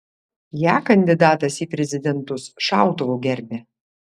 ją kandidatas į prezidentus šautuvu gerbia